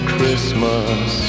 Christmas